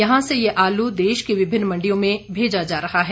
यहां से ये आलू देश की विभिन्न मंडियों में भेजा जा रहा है